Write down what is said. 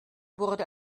wurde